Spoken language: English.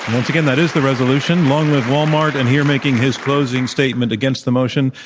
once again, that is the resolution, long live walmart. and here making his closing statement against the motion,